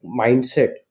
mindset